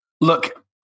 look